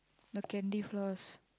the candyfloss